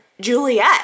Juliet